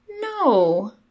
No